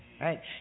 right